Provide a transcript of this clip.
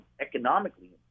economically